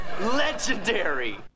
legendary